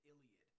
Iliad